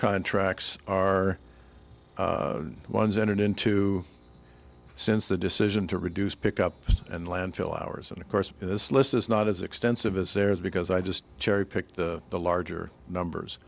contracts are ones entered into since the decision to reduce pick up and landfill ours and of course this list is not as extensive as theirs because i just cherry pick the the larger numbers